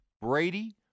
Brady